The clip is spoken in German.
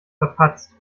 verpatzt